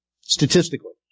Statistically